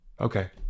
Okay